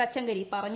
തച്ചങ്കരി പറഞ്ഞു